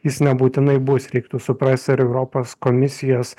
jis nebūtinai bus reiktų suprasti ir europos komisijos